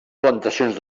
plantacions